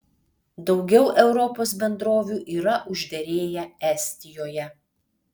daugiau europos bendrovių yra užderėję estijoje